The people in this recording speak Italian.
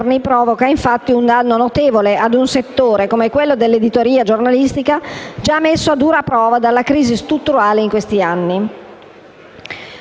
provoca infatti un danno notevole a un settore come quello dell'editoria giornalistica già messo a dura prova dalla crisi strutturale di questi anni.